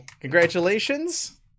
congratulations